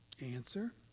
answer